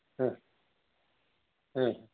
हां हां